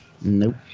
Nope